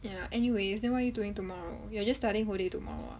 ya anyways then what are you doing tomorrow you are just studying whole day tomorrow ah